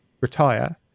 retire